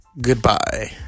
goodbye